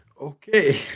Okay